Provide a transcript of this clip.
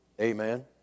Amen